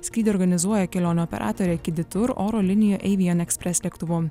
skrydį organizuoja kelionių operatorė kidy tour oro linija avion express lėktuvu